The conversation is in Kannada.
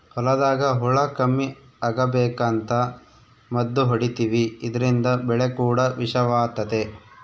ಹೊಲದಾಗ ಹುಳ ಕಮ್ಮಿ ಅಗಬೇಕಂತ ಮದ್ದು ಹೊಡಿತಿವಿ ಇದ್ರಿಂದ ಬೆಳೆ ಕೂಡ ವಿಷವಾತತೆ